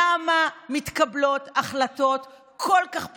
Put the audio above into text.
למה מתקבלות החלטות כל כך פוגעניות,